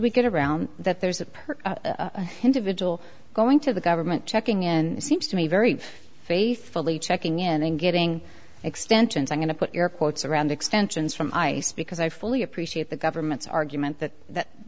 we get around that there's a per individual going to the government checking in seems to me very faithfully checking in and getting extensions i'm going to put your quotes around extensions for my because i fully appreciate the government's argument that that